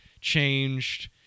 changed